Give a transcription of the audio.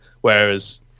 Whereas